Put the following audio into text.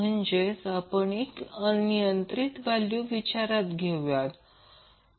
म्हणजेच आपण एक अनियंत्रित व्हॅल्यू विचारात घेऊया